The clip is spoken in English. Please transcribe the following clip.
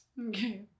Okay